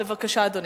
בבקשה, אדוני.